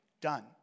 Done